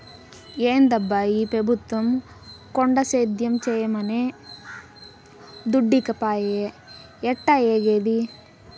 ఏందబ్బా ఈ పెబుత్వం కొండ సేద్యం చేయమనె దుడ్డీకపాయె ఎట్టాఏగేది